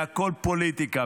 והכול פוליטיקה.